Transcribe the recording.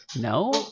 No